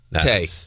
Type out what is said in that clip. Tay